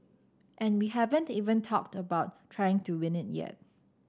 and we haven't even talked about trying to win it yet